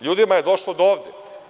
Ljudima je došlo do ovde.